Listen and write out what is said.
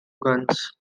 guns